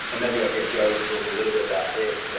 maybe i'll get joe to talk a little bit about this, but